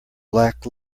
black